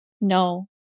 no